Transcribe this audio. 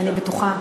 אני בטוחה.